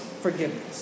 forgiveness